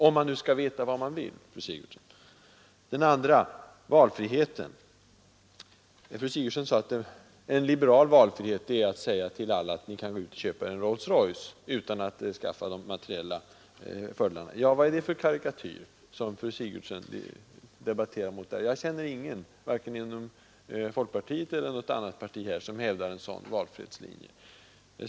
Om man nu skall veta vad man vill, fru Sigurdsen. Så till valfriheten. Fru Sigurdsen sade att en liberal valfrihet är att säga till alla att de kan gå ut och köpa en Rolls Royce, utan att skaffa dem de materiella förutsättningarna. Vad är det för en karikatyr? Jag känner ingen vare sig inom folkpartiet eller något annat parti som hävdar en sådan valfrihetslinje.